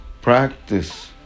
practice